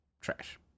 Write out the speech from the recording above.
trash